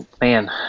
Man